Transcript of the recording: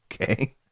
Okay